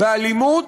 באלימות,